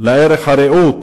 ערך הרעות